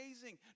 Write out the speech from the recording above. amazing